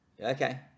Okay